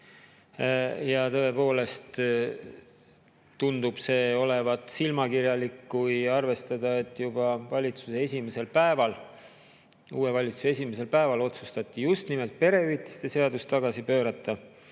Tõepoolest tundub see olevat silmakirjalik, kui arvestada, et juba valitsuse esimesel päeval, uue valitsuse esimesel päeval otsustati just nimelt perehüvitiste seadus tagasi pöörata